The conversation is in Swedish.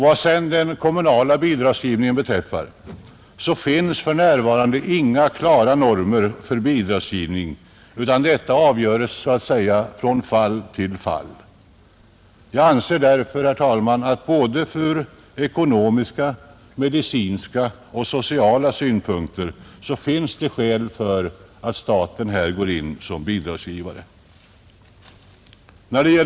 Vad den kommunala bidragsgivningen beträffar, så finns det för närvarande inga klara normer för bidrag, utan detta får avgöras från fall till fall. Jag anser därför, herr talman, att det ur såväl ekonomiska som medicinska och sociala synpunkter finns skäl för staten att här gå in som bidragsgivare.